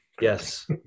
yes